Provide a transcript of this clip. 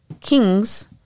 kings